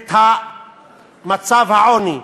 את מצב העוני.